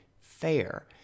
fair